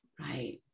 right